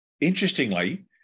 interestingly